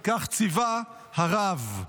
כי כך ציווה הרב.